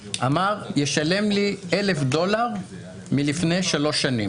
"ישלם לי 1,000 דולר מלפני שלוש שנים".